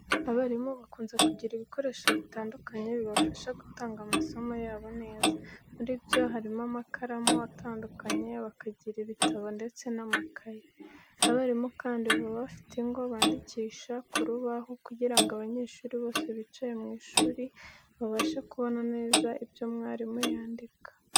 Abarimu bakunze kugira ibikoresho bitandukanye bibafasha gutanga amasomo yabo neza. Muri byo hari amakaramu atandukanye, bakagira ibitabo ndetse n'amakayi. Abarimu kandi baba bafite ingwa bandikisha ku rubaho kugira ngo abanyeshuri bose bicaye mu ishuri babashe kubona neza ibyo mwarimu yandika.